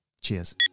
cheers